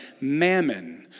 mammon